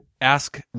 ask